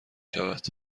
شود